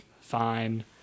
fine